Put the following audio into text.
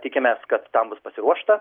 tikimės kad tam bus pasiruošta